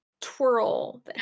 twirl